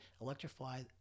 electrify